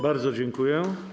Bardzo dziękuję.